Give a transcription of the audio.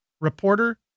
reporter